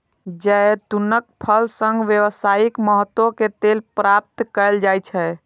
जैतूनक फल सं व्यावसायिक महत्व के तेल प्राप्त कैल जाइ छै